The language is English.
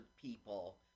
people